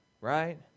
right